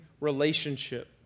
relationship